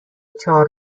چهار